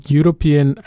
European